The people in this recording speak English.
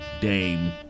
dame